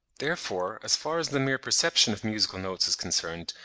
therefore, as far as the mere perception of musical notes is concerned,